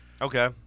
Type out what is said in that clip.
Okay